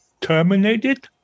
terminated